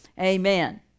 amen